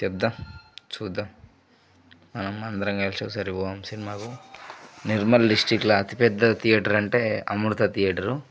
చెప్ద చూద్దాం మనమందరం కలిసి ఒకసారి పోదాం సినిమాకు నిర్మల్ డిస్టిక్ల అతిపెద్ద థియేటర్ అంటే అమృత థియేటరు